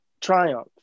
triumph